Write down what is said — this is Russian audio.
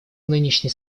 нынешней